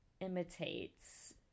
imitates